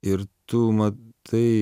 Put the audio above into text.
ir tu matai